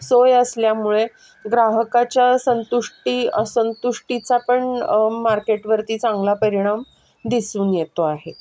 सोय असल्यामुळे ग्राहकाच्या संतुष्टी असंतुष्टीचा पण मार्केटवरती चांगला परिणाम दिसून येतो आहे